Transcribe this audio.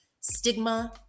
stigma